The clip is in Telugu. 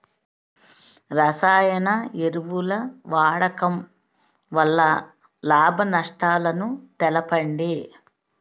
రసాయన ఎరువుల వాడకం వల్ల లాభ నష్టాలను తెలపండి?